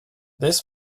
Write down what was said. this